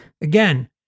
Again